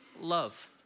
Love